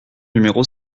numéro